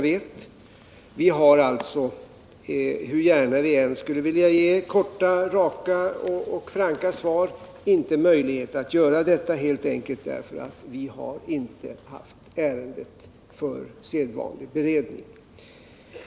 Vi har inte — hur gärna vi än skulle vilja göra det — någon möjlighet att lämna korta, raka och franka svar, därför att vi helt enkelt inte har haft ärendet under sedvanlig beredning.